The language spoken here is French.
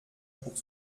pour